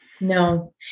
No